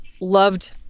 loved